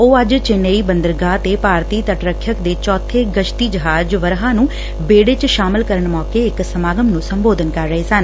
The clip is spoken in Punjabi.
ਉਹ ਅੱਜ ਚੇਨੱਈ ਬੰਦਰਗਾਹ ਤੇ ਭਾਰਤੀ ਤੱਟ ਰੱਖਿਅਕ ਦੇ ਚੌਥੇ ਰਾਸ਼ਤੀ ਜਹਾਜ ਵਰਹਾ ਨੂੰ ਬੇੜੇ ਚ ਸ਼ਾਮਲ ਕਰਨ ਮੌਕੇ ਇਕ ਸਮਾਗਮ ਨੁੰ ਸੰਬੋਧਨ ਕਰ ਰਹੇ ਸਨ